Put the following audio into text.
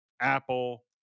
Apple